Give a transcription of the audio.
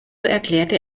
erklärte